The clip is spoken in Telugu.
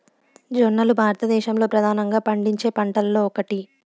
జొన్నలు భారతదేశంలో ప్రధానంగా పండించే పంటలలో ఒకటి